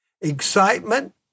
Excitement